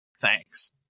Thanks